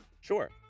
sure